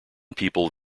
people